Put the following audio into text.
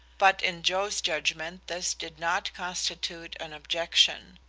but in joe's judgment this did not constitute an objection.